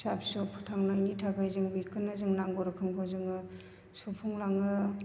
फिसा फिसौ फोथांनायनि थाखाय जों बेखौनो जोंनो नांगौ रोखोमखौ जोङो सुफुंलाङो